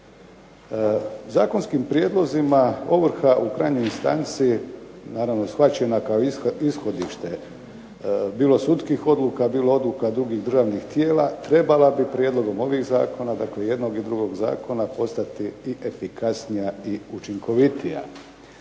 Zakonskim prijedlozima ovrha u krajnjoj instanci naravno shvaćena kao ishodište bilo sudskih odluka, bilo odluka drugih državnih tijela trebala bi prijedlogom ovih zakona, dakle jednog i drugog zakona, postati i efikasnija i učinkovitija.